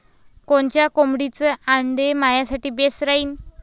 कोनच्या कोंबडीचं आंडे मायासाठी बेस राहीन?